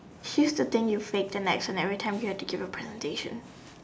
she used to think you faked at accent every time you give a presentation